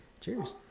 cheers